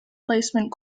placement